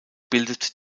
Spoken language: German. bildet